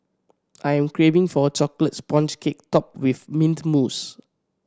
I am craving for a chocolate sponge cake topped with mint mousse